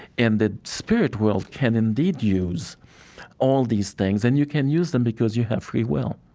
and the spirit world can, indeed, use all these things. and you can use them because you have free will